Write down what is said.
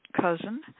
cousin